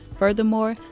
Furthermore